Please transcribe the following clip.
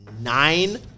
nine